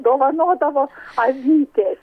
dovanodavo avytes